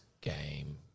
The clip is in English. game